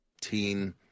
teen